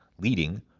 Leading